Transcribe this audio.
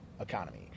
economy